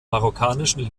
marokkanischen